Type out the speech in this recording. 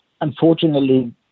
unfortunately